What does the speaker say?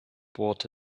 bought